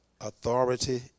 authority